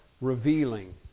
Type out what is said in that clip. revealing